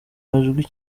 majwi